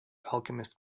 alchemist